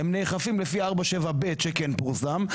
הם נאכפים לפי 4.7ב' שכן פורסם,